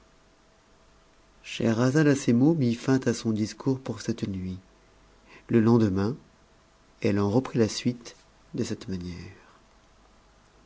scheherazade à ces mois mit fin à son discours pour cette nnit lendemain elle en reprit la suite de cette manière